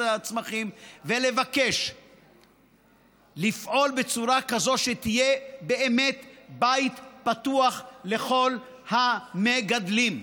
הצמחים ולבקש לפעול בצורה כזו שהיא תהיה באמת בית פתוח לכל המגדלים.